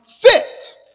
fit